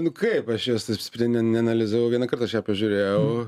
nu kaip aš jos taip stipriai ne neanalizavau vienąkart aš ją pažiūrėjau